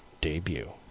debut